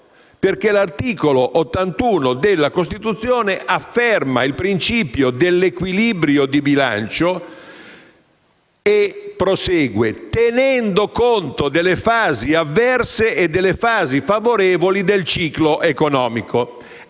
perché l'articolo 81 della Costituzione afferma il principio dell'equilibrio di bilancio «tenendo conto delle fasi avverse e delle fasi favorevoli del ciclo economico».